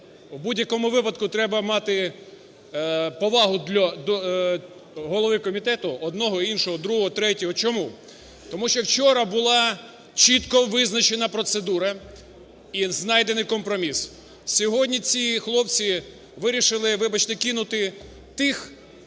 у будь-якому випадку треба мати повагу до голови комітету, одного, іншого, другого, третього. Чому? Тому що вчора була чітко визначена процедура і знайдений компроміс. Сьогодні ці хлопці вирішили, вибачте, кинути тих,